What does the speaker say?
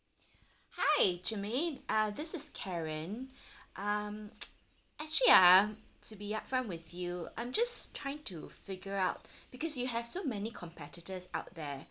hi germaine uh this is karen um actually ah to be upfront with you I'm just trying to figure out because you have so many competitors out there